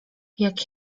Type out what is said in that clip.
jak